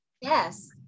Yes